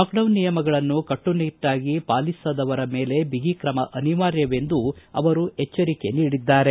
lockdown ನಿಯಮಗಳನ್ನು ಕಟ್ಟುನಿಟ್ಟಾಗಿ ಪಾಲಿಸದವರ ಮೇಲೆ ಬಿಗಿ ಕ್ರಮ ಅನಿವಾರ್ಯವೆಂದು ಅವರು ಎಚ್ಚರಿಕೆ ನೀಡಿದ್ದಾರೆ